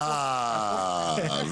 אהה.